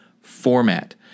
format